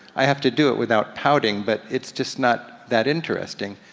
i have to do it without pouting, but it's just not that interesting.